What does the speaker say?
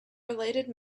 related